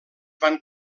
van